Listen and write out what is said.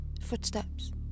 Footsteps